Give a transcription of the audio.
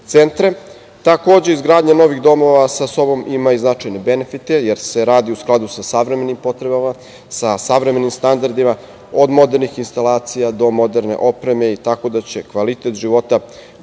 centre. Takođe, izgradnja novih domova sa sobom ima i značajne benefite jer se radi u skladu sa savremenim potrebama, sa savremenim standardima, od modernih instalacija do moderne opreme, tako da će kvalitet života